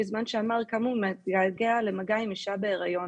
בזמן שאמר כמה הוא מתגעגע למגע עם אישה בהריון.